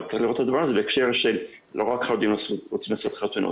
אבל צריך לראות את הדבר הזה בהקשר של לא רק חרדים רוצים לעשות חתונות.